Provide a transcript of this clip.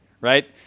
right